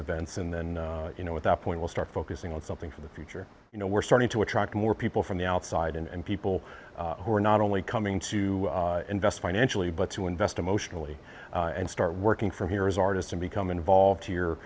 events and then you know what that point will start focusing on something for the future you know we're starting to attract more people from the outside and people who are not only coming to invest financially but to invest emotionally and start working from here as artists and become involved here